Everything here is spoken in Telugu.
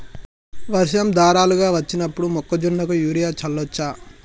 వర్షం ధారలుగా వచ్చినప్పుడు మొక్కజొన్న కు యూరియా చల్లచ్చా?